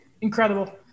Incredible